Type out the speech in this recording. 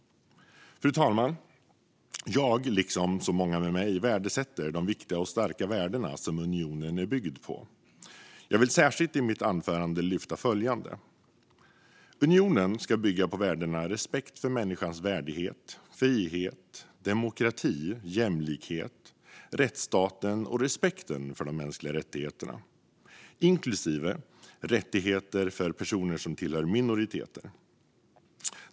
Fru talman! Jag liksom många med mig värdesätter de viktiga och starka värden som unionen är byggd på. Jag vill i mitt anförande särskilt lyfta fram följande: "Unionen ska bygga på värdena respekt för människans värdighet, frihet, demokrati, jämlikhet, rättsstaten och respekt för de mänskliga rättigheterna, inklusive rättigheter för personer som tillhör minoriteter.